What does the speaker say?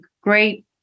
great